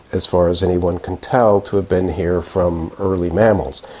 as far as anyone can tell, to have been here from early mammals.